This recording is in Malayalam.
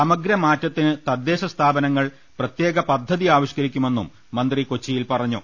സമഗ്ര മാറ്റത്തിന് തദ്ദേശ് സ്ഥാപനങ്ങൾ പ്രത്യേക പദ്ധതി ആവിഷ്ക്കരിക്കുമെന്നും മന്ത്രി കൊച്ചി യിൽ പറഞ്ഞു